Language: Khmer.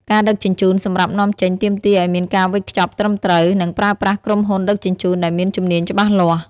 ការដឹកជញ្ជូនសម្រាប់នាំចេញទាមទារឲ្យមានការវេចខ្ចប់ត្រឹមត្រូវ និងប្រើប្រាស់ក្រុមហ៊ុនដឹកជញ្ជូនដែលមានជំនាញច្បាស់លាស់។